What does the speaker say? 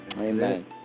Amen